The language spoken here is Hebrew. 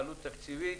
עלות תקציבית,